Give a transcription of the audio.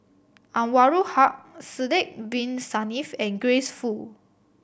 Anwarul Haque Sidek Bin Saniff and Grace Fu